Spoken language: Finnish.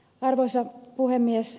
arvoisa puhemies